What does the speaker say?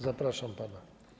Zapraszam pana.